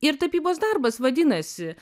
ir tapybos darbas vadinasi